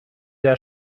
der